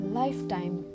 lifetime